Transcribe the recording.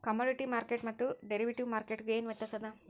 Commodity ಮಾರ್ಕೆಟ್ಗು ಮತ್ತ derivative ಮಾರ್ಕೆಟ್ಗು ಏನ್ ವ್ಯತ್ಯಾಸದ?